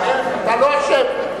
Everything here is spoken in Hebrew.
אתה לא אשם.